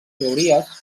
teories